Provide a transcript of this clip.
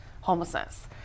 homelessness